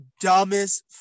dumbest